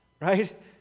right